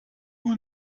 who